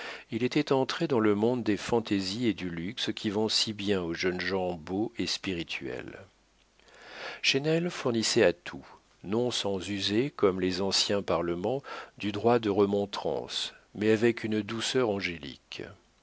il était entré dans le monde des fantaisies et du luxe qui vont si bien aux jeunes gens beaux et spirituels chesnel fournissait à tout non sans user comme les anciens parlements du droit de remontrance mais avec une douceur angélique